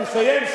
אני מסיים,